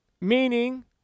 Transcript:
Meaning